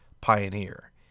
pioneer